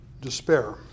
Despair